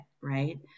right